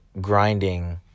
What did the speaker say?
grinding